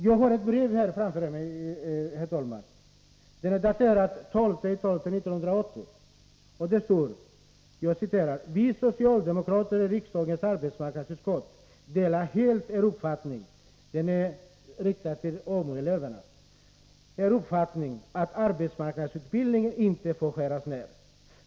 Jag har här ett brev till en grupp AMU-elever, daterat den 12 december 1980, där det står: ”Vi socialdemokrater i riksdagens arbetsmarknadsutskott delar helt er uppfattning att arbetsmarknadsutbildningen inte får skäras ned.